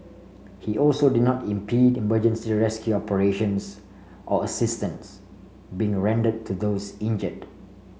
he also did not impede emergency rescue operations or assistance being rendered to those injured